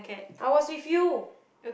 I was with you